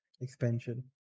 expansion